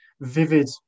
vivid